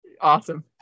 Awesome